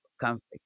conflict